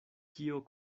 kio